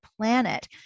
planet